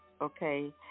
Okay